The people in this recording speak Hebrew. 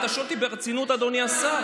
אתה שואל אותי ברצינות, אדוני השר?